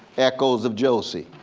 echoes of josie.